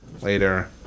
later